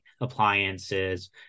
appliances